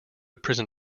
prison